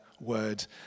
word